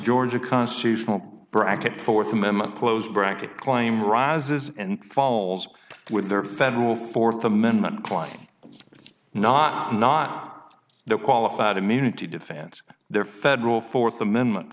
georgia constitutional bracket fourth amendment close bracket claim rises and falls with their federal fourth amendment klein not not the qualified immunity defense their federal fourth amendment